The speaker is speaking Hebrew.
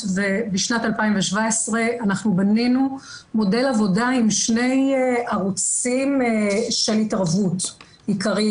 ובשנת 2017 בנינו מודל עבודה עם שני ערוצים של התערבות עיקריים.